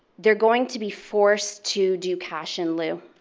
they're going to be forced to do cash in lieu.